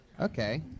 Okay